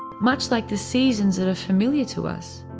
much like the seasons that are familiar to us,